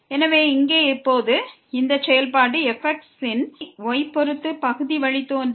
எனவே இங்கே இப்போது இந்த செயல்பாடு fx ன் y y பொறுத்து பகுதி வழித்தோன்றல்